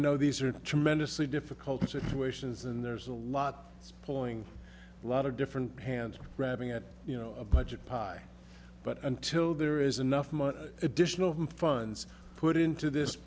know these are tremendously difficult situations and there's a lot pulling a lot of different hands grabbing at you know a budget pie but until there is enough money additional funds put into this